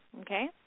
okay